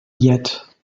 yet